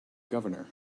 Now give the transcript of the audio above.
governor